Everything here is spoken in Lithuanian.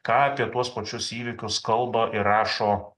ką apie tuos pačius įvykius kalba ir rašo